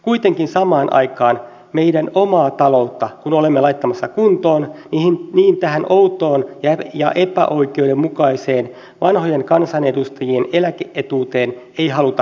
kuitenkin samaan aikaan kun olemme meidän omaa talouttamme laittamassa kuntoon tähän outoon ja epäoikeudenmukaiseen vanhojen kansanedustajien eläke etuuteen ei haluta koskea